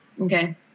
Okay